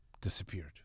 disappeared